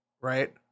Right